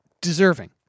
deserving